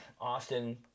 Austin